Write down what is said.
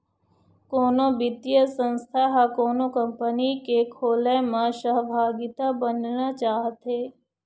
कोनो बित्तीय संस्था ह कोनो कंपनी के खोलय म सहभागिता बनना चाहथे